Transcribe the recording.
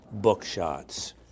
bookshots